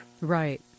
Right